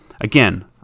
again